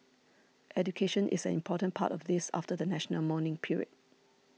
education is an important part of this after the national mourning period